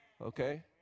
Okay